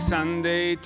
Sunday